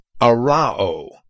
arao